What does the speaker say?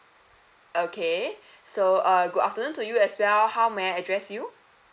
okay so uh good afternoon to you as well how may I address you